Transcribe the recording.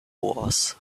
wars